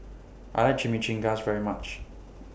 I like Chimichangas very much